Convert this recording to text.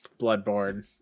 bloodborne